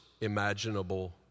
imaginable